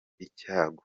icyago